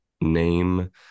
name